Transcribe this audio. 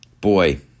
Boy